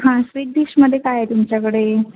हां स्वीट डिशमध्ये काय आहे तुमच्याकडे